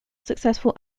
successful